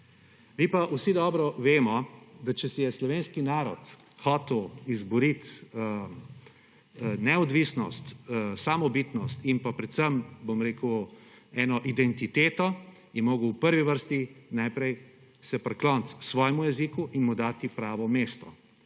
Mi pa vsi dobro vemo, da če si je slovenski narod hotel izboriti neodvisnost, samobitnost in predvsem eno identiteto, je moral v prvi vrsti najprej se prikloniti svojemu jeziku in mu dati pravo mesto.